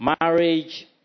marriage